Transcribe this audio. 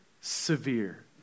severe